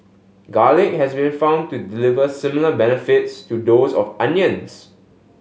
garlic has been found to deliver similar benefits to those of onions